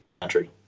country